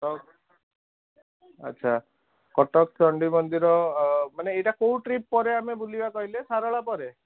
କଟକ ଆଚ୍ଛା କଟକ ଚଣ୍ଡୀ ମନ୍ଦିର ମାନେ ଏଇଟା କେଉଁ ଟ୍ରିପ୍ ପରେ ଆମେ ବୁଲିବା କହିଲେ ଶାରଳା ପରେ